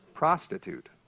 prostitute